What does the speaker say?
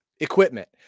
equipment